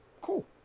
Cool